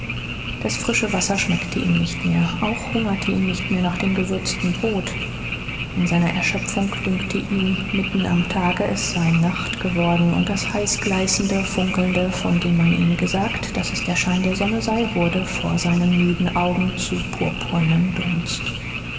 das frische wasser schmeckte ihm nicht mehr auch hungerte ihn nicht mehr nach dem gewürzten brot in seiner erschöpfung dünkte ihm mitten am tage es sei nacht geworden und das heißgleißende funkelnde von dem man ihm gesagt daß es der schein der sonne sei wurde vor seinen müden augen zu purpurnem dunst